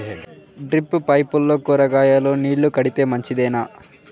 Drip పైపుల్లో కూరగాయలు నీళ్లు కడితే మంచిదేనా?